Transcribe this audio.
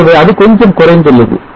ஆகவே இது கொஞ்சம் குறைந்துள்ளது